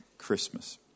christmas